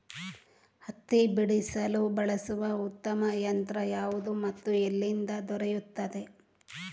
ಹತ್ತಿ ಬಿಡಿಸಲು ಬಳಸುವ ಉತ್ತಮ ಯಂತ್ರ ಯಾವುದು ಮತ್ತು ಎಲ್ಲಿ ದೊರೆಯುತ್ತದೆ?